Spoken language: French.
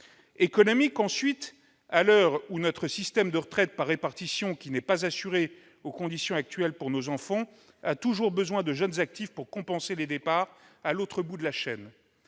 Économique, ensuite, à l'heure où notre système de retraite par répartition, qui n'est pas assuré, aux conditions actuelles, pour nos enfants, a toujours besoin de jeunes actifs pour compenser les départs à l'autre bout de la chaîne.